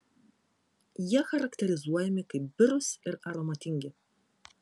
jie charakterizuojami kaip birūs ir aromatingi